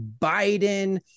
Biden